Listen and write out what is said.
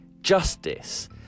justice